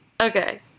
Okay